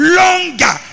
longer